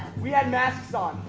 we had masks on,